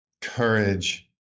courage